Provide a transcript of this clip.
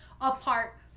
apart